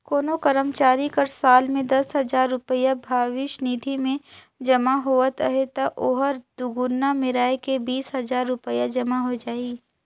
कोनो करमचारी कर साल में दस हजार रूपिया भविस निधि में जमा होवत अहे ता ओहर दुगुना मेराए के बीस हजार रूपिया जमा होए जाही